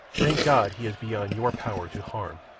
thank god he is beyond your power to harm.